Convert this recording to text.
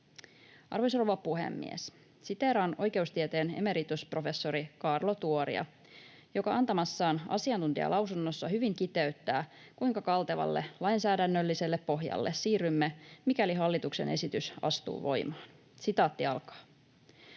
Arvoisa rouva puhemies! Siteeraan oikeustieteen emeritusprofessori Kaarlo Tuoria, joka antamassaan asiantuntijalausunnossa hyvin kiteyttää, kuinka kaltevalle lainsäädännölliselle pohjalle siirrymme, mikäli hallituksen esitys astuu voimaan: ”Hallituksen